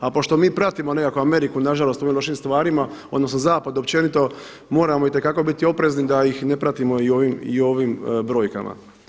A pošto mi pratimo nekako Ameriku, na žalost u ovim lošim stvarima, odnosno zapad općenito moramo itekako biti oprezni da ih ne pratimo i ovim brojkama.